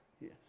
yes